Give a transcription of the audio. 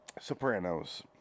Sopranos